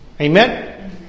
Amen